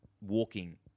Walking